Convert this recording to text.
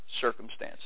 circumstances